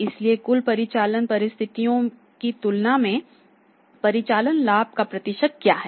इसलिए कुल परिचालन परिसंपत्तियों की तुलना में परिचालन लाभ का प्रतिशत क्या है